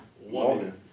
Woman